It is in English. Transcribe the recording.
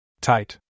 Tight